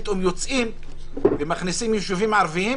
פתאום יוצאים ומכניסים יישובים ערביים,